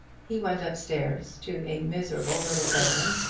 he went up-stairs to a miserable little bedroom,